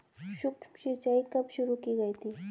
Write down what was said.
सूक्ष्म सिंचाई कब शुरू की गई थी?